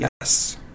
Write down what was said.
yes